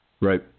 Right